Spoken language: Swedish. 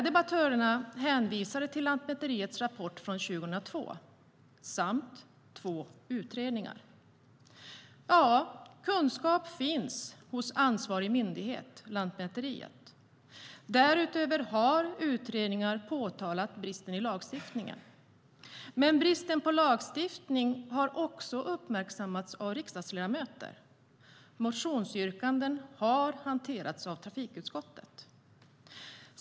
Debattörerna hänvisar till Lantmäteriets rapport från 2002 samt två utredningar. Ja, kunskap finns hos ansvarig myndighet, Lantmäteriet. Därutöver har utredningar påtalat bristen i lagstiftningen. Men bristen på lagstiftning har också uppmärksammats av riksdagsledamöter. Motionsyrkanden har hanterats av trafikutskottet.